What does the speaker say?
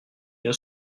bien